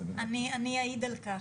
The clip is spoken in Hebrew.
אני אעיד על כך.